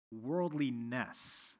worldliness